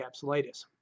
capsulitis